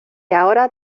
ahora